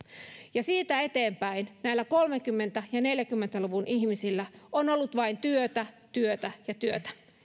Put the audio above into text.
siitä eteenpäin näillä kolmekymmentä ja neljäkymmentä luvun ihmisillä on ollut vain työtä työtä ja työtä